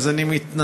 אז אני מתנצל,